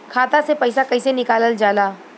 खाता से पैसा कइसे निकालल जाला?